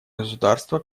государства